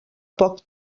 poc